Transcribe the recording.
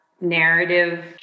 narrative